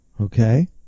Okay